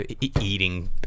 Eating